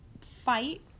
fight